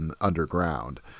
underground